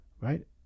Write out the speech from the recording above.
right